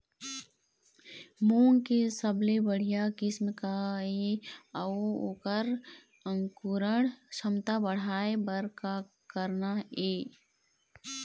मूंग के सबले बढ़िया किस्म का ये अऊ ओकर अंकुरण क्षमता बढ़ाये बर का करना ये?